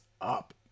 up